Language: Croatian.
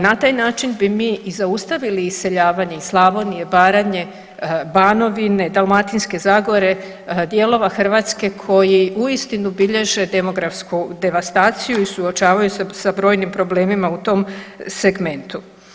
Na taj način bi mi i zaustavili iseljavanje iz Slavonije, Baranje, Banovine, Dalmatinske zagore, dijelova Hrvatske koji uistinu bilježe demografsku devastaciju i suočavaju se sa brojnim problemima u tom segmentu.